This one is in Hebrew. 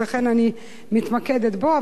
לכן אני מתמקדת בו,